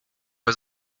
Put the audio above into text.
was